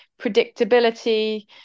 predictability